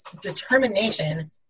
determination